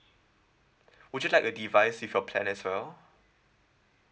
would you like a device with your plan as well